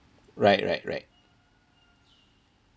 right right right